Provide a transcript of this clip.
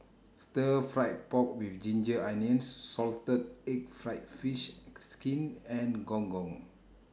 Stir Fried Pork with Ginger Onions Salted Egg Fried Fish Skin and Gong Gong